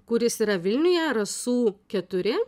kuris yra vilniuje rasų keturi